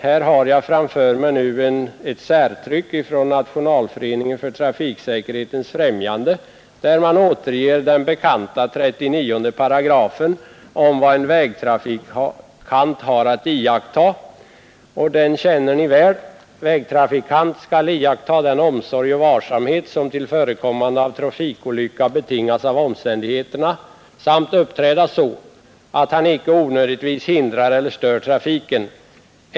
Här har jag framför mig ett särtryck från Nationalföreningen för trafiksäkerhetens främjande, där den bekanta 39 § i vägtrafikstadgan om vad en vägtrafikant har att iaktta återges. Paragrafen lyder: ”Vägtrafikant skall iakttaga den omsorg och varsamhet, som till förekommande av trafikolycka betingas av omständigheterna, samt uppträda så, att han icke onödigtvis hindrar eller stör trafiken.